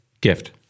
Gift